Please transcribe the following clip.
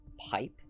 pipe